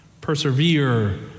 persevere